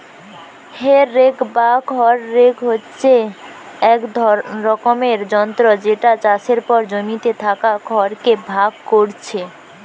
হে rake বা খড় rake হচ্ছে এক রকমের যন্ত্র যেটা চাষের পর জমিতে থাকা খড় কে ভাগ কোরছে